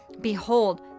Behold